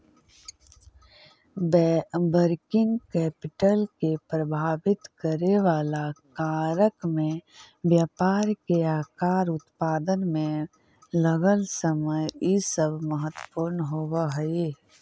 working capital के प्रभावित करेवाला कारक में व्यापार के आकार, उत्पादन में लगल समय इ सब महत्वपूर्ण होव हई